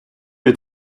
від